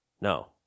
No